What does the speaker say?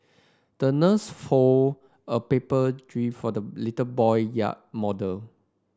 the nurse fold a paper jib for the little boy yacht model